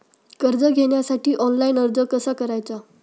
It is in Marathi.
कर्ज घेण्यासाठी ऑनलाइन अर्ज कसा करायचा?